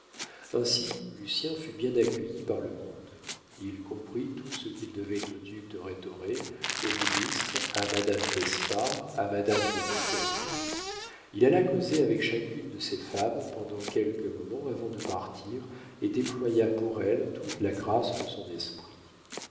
ainsi lucien fut bien accueilli par le monde il comprit tout ce qu'il devait au duc de rhétoré au ministre à madame d'espard à madame de montcornet il alla causer avec chacune de ces femmes pendant quelques moments avant de partir et déploya pour elles toute la grâce de son esprit